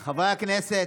הושת,